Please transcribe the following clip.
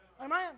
Amen